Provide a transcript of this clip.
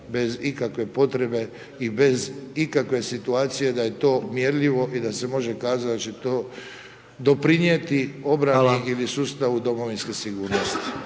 bez ikakve potrebe i bez ikakve situacije da je to mjerljivo i da se može kazati da će to doprinijeti obradi ili sustavi domovinske sigurnosti.